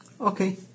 Okay